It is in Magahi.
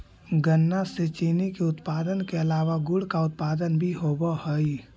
गन्ना से चीनी के उत्पादन के अलावा गुड़ का उत्पादन भी होवअ हई